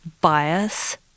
bias